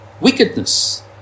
wickedness